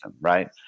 right